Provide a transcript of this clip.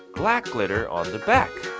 black glitter on the back!